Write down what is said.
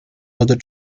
oder